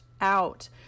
out